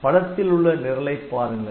படத்திலுள்ள நிரலை பாருங்கள்